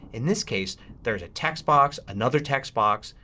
in this case there's a text box, another text box,